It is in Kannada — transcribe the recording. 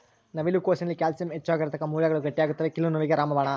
ನವಿಲು ಕೋಸಿನಲ್ಲಿ ಕ್ಯಾಲ್ಸಿಯಂ ಹೆಚ್ಚಿಗಿರೋದುಕ್ಕ ಮೂಳೆಗಳು ಗಟ್ಟಿಯಾಗ್ತವೆ ಕೀಲು ನೋವಿಗೆ ರಾಮಬಾಣ